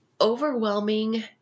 overwhelming